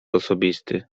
osobisty